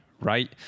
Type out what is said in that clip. right